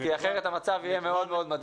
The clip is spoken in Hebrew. אחרת זה יהיה מאוד מאוד מדאיג.